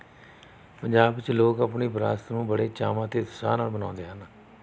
ਪੰਜਾਬ ਵਿੱਚ ਲੋਕ ਆਪਣੀ ਵਿਰਾਸਤ ਨੂੰ ਬੜੇ ਚਾਵਾਂ ਅਤੇ ਉਤਸ਼ਾਹ ਨਾਲ ਮਨਾਉਂਦੇ ਹਨ